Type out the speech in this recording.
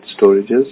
storages